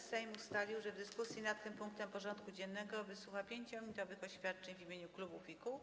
Sejm ustalił, że dyskusji nad tym punktem porządku dziennego wysłucha 5-minutowych oświadczeń w imieniu klubów i kół.